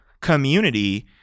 community